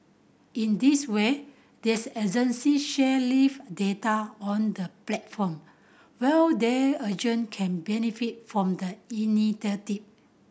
in this way these agency share live data on the platform while their urgent can benefit from the initiative